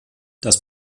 das